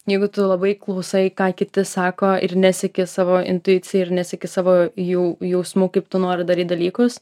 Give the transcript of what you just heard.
jeigu tu labai klausai ką kiti sako ir neseki savo intuicija ir neseki savo jau jausmų kaip tu nori daryt dalykus